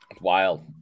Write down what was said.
Wild